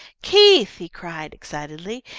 keith, he cried, excitedly,